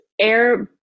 air